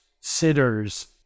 sitters